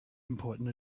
important